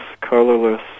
colorless